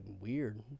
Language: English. weird